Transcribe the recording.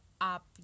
up